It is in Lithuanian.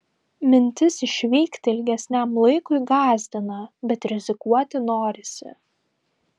mintis išvykti ilgesniam laikui gąsdina bet rizikuoti norisi